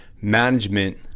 management